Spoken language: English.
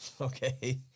Okay